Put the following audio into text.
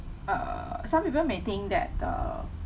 err some people may think that the